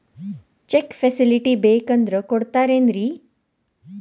Check facility ಬೇಕಂದ್ರ ಕೊಡ್ತಾರೇನ್ರಿ?